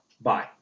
Bye